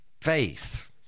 faith